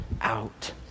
out